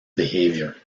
behavior